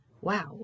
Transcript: wow